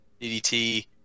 DDT